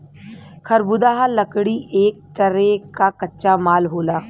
खरबुदाह लकड़ी एक तरे क कच्चा माल होला